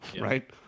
right